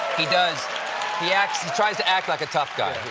he does he acts he tries to act like a tough guy.